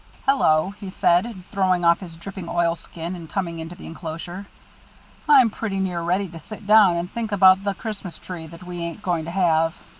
hello, he said, throwing off his dripping oilskin, and coming into the enclosure i'm pretty near ready to sit down and think about the christmas tree that we ain't going to have.